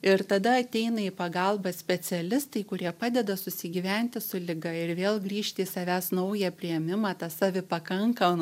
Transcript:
ir tada ateina į pagalbą specialistai kurie padeda susigyventi su liga ir vėl grįžti į savęs naują priėmimą tą savipakankamą